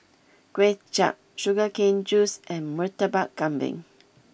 Kuay Chap Sugar Cane Juice and Murtabak Kambing